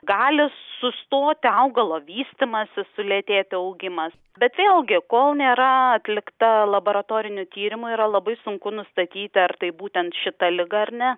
gali sustoti augalo vystymasis sulėtėti augimas bet vėlgi kol nėra atlikta laboratorinių tyrimų yra labai sunku nustatyti ar tai būtent šita liga ar ne